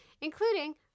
including